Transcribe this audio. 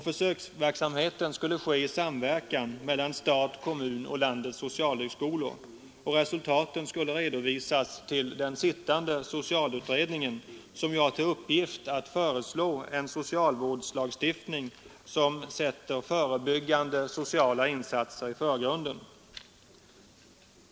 Försöksverksamheten skulle ske i samverkan mellan stat, kommuner och landets socialhögskolor och resultaten skulle redovisas till den nu arbetande socialutredningen, som ju har till uppgift att föreslå en socialvårdslagstiftning som sätter förebyggande sociala insatser i förgrunden.